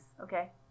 Okay